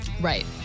Right